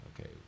okay